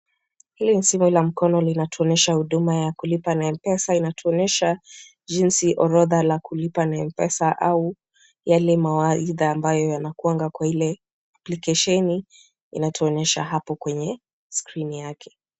Hili simu la mkononi linatuonyesha huduma ya kulipa na Mpesa inatuonyesha orodha ya kulipa na Mpesa au yale mawaidha yanakuanga kwa Ile likesheni inatuonyesha hapo kwenye screen (cs) yake.